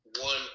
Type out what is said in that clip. one